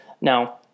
now